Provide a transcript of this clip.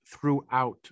throughout